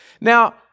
Now